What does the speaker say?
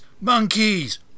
Monkeys